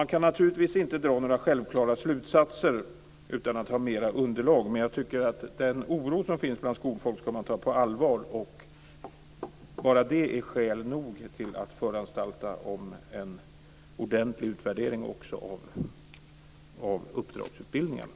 Man kan naturligtvis inte dra några självklara slutsatser utan att ha mera underlag, men jag tycker att man skall ta den oro som finns hos skolfolk på allvar. Bara det är skäl nog att föranstalta om en ordentlig utvärdering också av uppdragsutbildningarna.